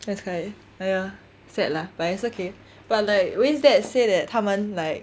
that's quite !aiya! sad lah but it's okay but like wayne's dad say that 他们 like